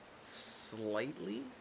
slightly